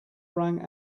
rang